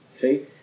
See